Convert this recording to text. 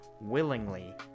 willingly